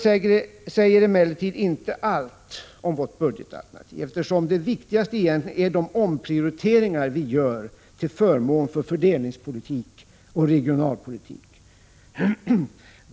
Detta säger emellertid inte allt om vårt budgetalternativ, eftersom det viktigaste egentligen är de omprioriteringar vi gör till förmån för fördelningspolitik och regionalpolitik.